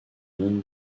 monde